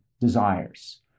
desires